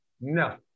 no